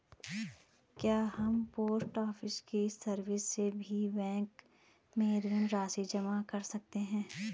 क्या हम post office की सर्विस से भी बैंक में ऋण राशि जमा कर सकते हैं?